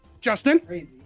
Justin